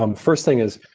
um first thing is,